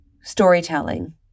storytelling